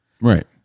Right